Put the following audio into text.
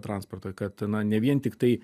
transporto kad na ne vien tiktai